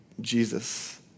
Jesus